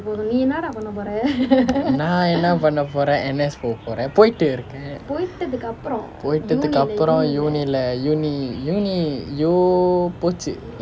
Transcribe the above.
நான் என்ன பண்ண போறேன்:naan enna panna poren N_S போ போறேன் போயிட்டு இருக்கேன் போயிட்டதுக்கு அப்புறம்:po poren poyittu iruken poyittathukku appuram university leh university u~ போச்சு:pochu